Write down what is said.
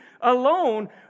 alone